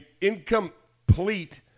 incomplete